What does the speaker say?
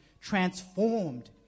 transformed